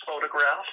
Photograph